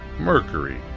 Mercury